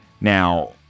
Now